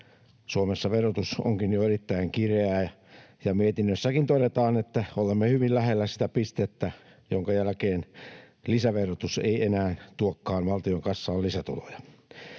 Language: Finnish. Suomessa verotus onkin jo erittäin kireää, ja mietinnössäkin todetaan, että olemme hyvin lähellä sitä pistettä, jonka jälkeen lisäverotus ei enää tuokaan valtion kassaan lisätuloja.